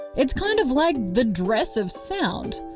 it's kind of like the dress of sound,